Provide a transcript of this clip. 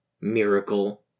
miracle